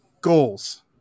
goals